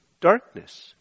darkness